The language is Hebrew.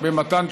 במתן תשובות,